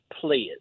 players